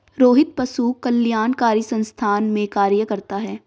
रोहित पशु कल्याणकारी संस्थान में कार्य करता है